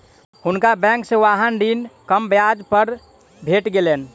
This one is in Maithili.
हुनका बैंक से वाहन ऋण कम ब्याज दर पर भेट गेलैन